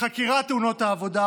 לחקירת תאונות העבודה,